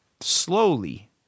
slowly